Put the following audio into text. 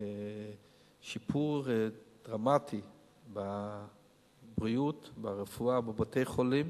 שיפור דרמטי בבריאות, ברפואה בבתי-חולים.